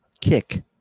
kick